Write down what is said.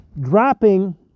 dropping